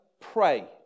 pray